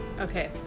Okay